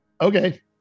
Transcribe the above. Okay